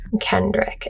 Kendrick